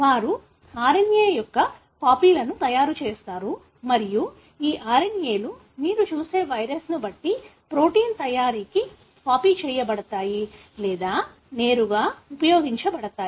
వారు RNA యొక్క కాపీలను తయారు చేస్తారు మరియు ఈ RNA లు మీరు చూసే వైరస్ను బట్టి ప్రోటీన్ తయారీకి కాపీ చేయబడతాయి లేదా నేరుగా ఉపయోగించబడతాయి